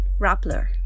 Rappler